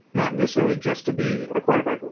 not necessarily just to be acquired by google.